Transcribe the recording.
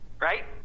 right